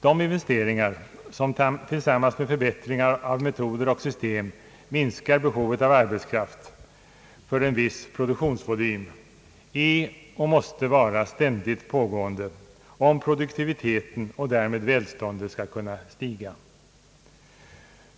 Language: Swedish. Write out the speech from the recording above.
De investeringar som tillsammans med förbättring av metoder och system minskar behovet av arbetskraft för en viss produktionsvolym är och måste vara ständigt pågående, om produktiviteten och därmed välståndet skall kunna stiga.